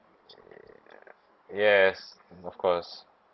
yes of course